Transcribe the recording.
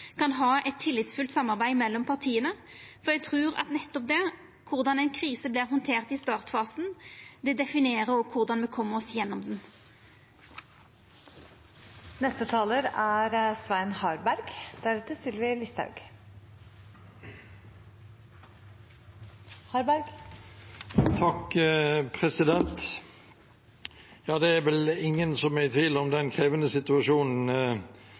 kan ha eit tillitsfullt samarbeid mellom partia. Eg trur at nettopp det, korleis ei krise vert handtert i startfasen, òg definerer korleis me kjem oss gjennom ho. Det er vel ingen som er i tvil om den krevende situasjonen som møter oss nå, som møter oss dag for dag. Jeg må si at i